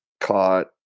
caught